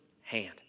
hand